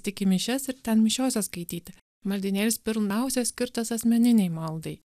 tik į mišias ir ten mišiose skaityti maldynėlis pirmiausia skirtas asmeninei maldai